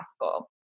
possible